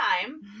time